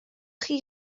chi